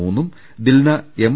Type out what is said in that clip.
മൂന്നും ദിൽന എം